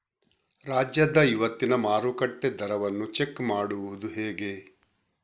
ರಾಜ್ಯದ ಇವತ್ತಿನ ಮಾರುಕಟ್ಟೆ ದರವನ್ನ ಚೆಕ್ ಮಾಡುವುದು ಹೇಗೆ?